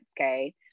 Okay